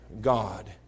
God